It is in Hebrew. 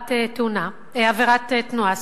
עבירת תנועה,